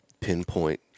pinpoint